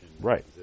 Right